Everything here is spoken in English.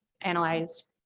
analyzed